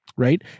right